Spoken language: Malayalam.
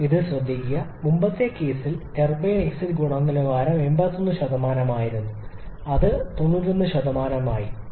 ആദ്യം ഇത് ശ്രദ്ധിക്കുക മുമ്പത്തെ കേസിൽ ടർബൈൻ എക്സിറ്റ് ഗുണനിലവാരം 81 ആയിരുന്നു അത് 91 ആയി